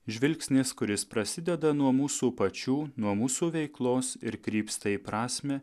žvilgsnis kuris prasideda nuo mūsų pačių nuo mūsų veiklos ir krypsta į prasmę